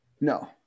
No